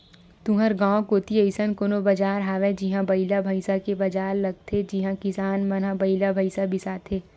तुँहर गाँव कोती अइसन कोनो बजार हवय जिहां बइला भइसा के बजार लगथे जिहां किसान मन ह बइला भइसा बिसाथे